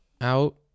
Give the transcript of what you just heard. out